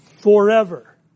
forever